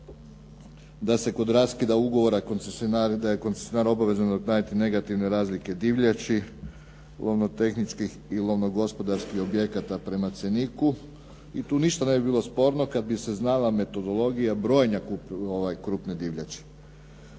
da se kod raskida ugovora, da je koncesionar obavezan .../Govornik se ne razumije./ ... negativne razlike divljači, lovnoteničkih i lovnogospodarskih objekata prema cjeniku. I tu ništa ne bi bilo sporno kada bi se znala metodologija brojenja krupne divljači.